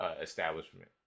establishment